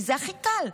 כי זה הכי קל.